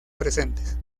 presentes